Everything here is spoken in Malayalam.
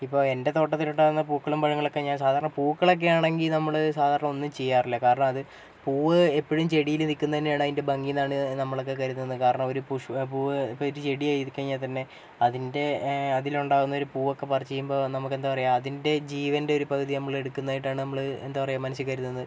ഇപ്പോൾ എൻ്റെ തോട്ടത്തിലുണ്ടാവുന്ന പൂക്കളും പഴങ്ങളുമൊക്കെ ഞാൻ സാധാരണ പൂക്കളൊക്കെയാണെങ്കിൽ നമ്മൾ സാധാരണ ഒന്നും ചെയ്യാറില്ല കാരണം അത് പൂവ് എപ്പോഴും ചെടിയിൽ നിൽക്കുന്നത് തന്നെയാണ് അതിൻ്റെ ഭംഗി എന്നാണ് നമ്മളൊക്കെ കരുതുന്നത് കാരണം ഒരു പുഷ്പ്പം ഒരു പൂവ് അത് ചെടിയായിക്കഴിഞ്ഞാൽ തന്നെ അതിൻ്റെ അതിലുണ്ടാവുന്ന ഒരു പൂവൊക്കെ പറിച്ച് കഴിയുമ്പോൾ നമുക്ക് എന്താ പറയാ അതിൻ്റെ ജീവൻ്റെ ഒരു പകുതി നമ്മൾ എടുക്കുന്നതായിട്ടാണ് നമ്മൾ എന്താ പറയാ മനസ്സിൽ കരുതുന്നത്